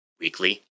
weekly